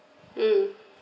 mm